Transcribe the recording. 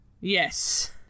yes